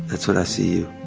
that's what i see you.